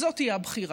זאת תהיה הבחירה,